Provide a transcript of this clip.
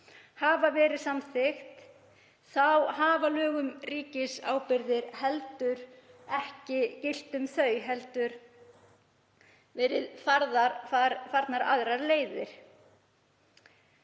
hafa verið samþykkt, þá hafa lög um ríkisábyrgðir heldur ekki gilt um þau heldur verið farnar aðrar leiðir.